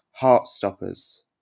Heartstoppers